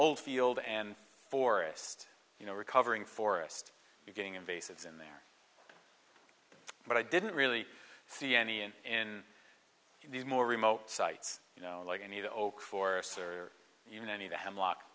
old field and forest you know recovering forest beginning and bases in there but i didn't really see any end in these more remote sites you know like any of the old forests are you know any of the hemlock